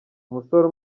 umusore